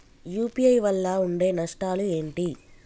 UPI వల్ల ఉండే నష్టాలు ఏంటి??